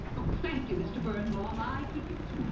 oh, thank you, mr. birnbaum. i could use